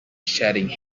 shedding